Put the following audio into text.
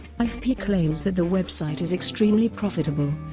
ifpi claims that the website is extremely profitable,